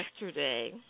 yesterday